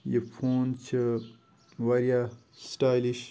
یہِ فون چھِ واریاہ سٕٹایلِش